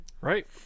right